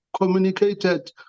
communicated